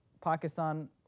Pakistan